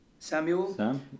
Samuel